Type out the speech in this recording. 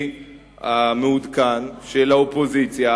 השבועי המעודכן של האופוזיציה,